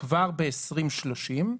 כבר ב-2030,